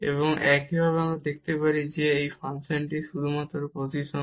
এবং একইভাবে আমরা দেখাতে পারি কারণ এই ফাংশনটি এখন শুধু প্রতিসম